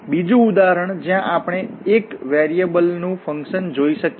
બીજુ ઉદાહરણ જ્યાં આપણે એક વેરીએબલ નુફંકશન જોઈ શકીએ